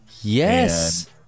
Yes